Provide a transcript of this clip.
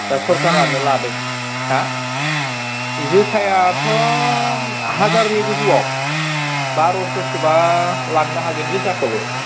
दा सोरखारानो लादों हा जोसायाथ' हाजारनि गोजौआव बार'स'सोबा लांनो हागोन जोसाखौबो